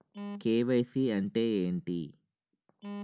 KYC అంటే ఏంటి?